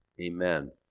Amen